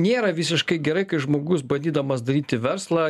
nėra visiškai gerai kai žmogus bandydamas daryti verslą